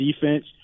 defense